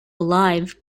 alive